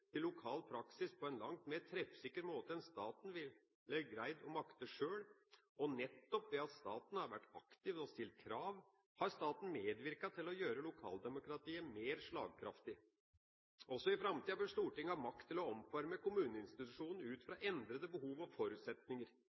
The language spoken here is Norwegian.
lokal praksis på en langt mer treffsikker måte enn staten sjøl ville makte å gjøre, og nettopp ved at staten har vært aktiv og stilt krav, har staten medvirket til å gjøre lokaldemokratiet mer slagkraftig. Også i framtida bør Stortinget ha makt til å omforme kommuneinstitusjonen ut fra endrede behov og forutsetninger.